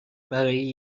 برای